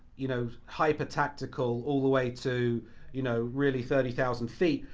you know hyper-tactical all the way to you know really thirty thousand feet.